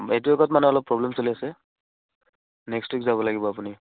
এইটো ৱিকত মানে অলপ প্ৰব্লেম চলি আছে নেক্সট ৱিক যাব লাগিব আপুনি